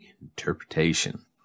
interpretation